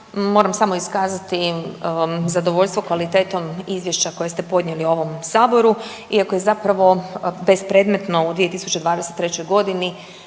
Moram samo iskazati zadovoljstvo kvalitetom izvješća koje ste podnijeli ovom Saboru iako je zapravo bespredmetno u 2023. g.